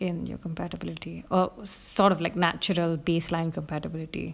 in your compatibility or sort of like natural baseline compatibility